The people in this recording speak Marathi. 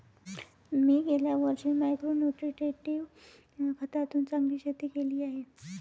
मी गेल्या वर्षी मायक्रो न्युट्रिट्रेटिव्ह खतातून चांगले शेती केली आहे